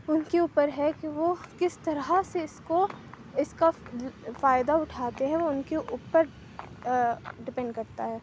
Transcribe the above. ان کے اوپر ہے کہ وہ کس طرح سے اس کو اس کا فائدہ اٹھاتے ہیں وہ ان کے اوپر ڈپینڈ کرتا ہے